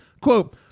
Quote